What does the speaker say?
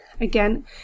again